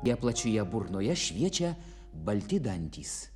neplačioje burnoje šviečia balti dantys